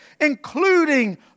including